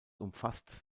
umfasst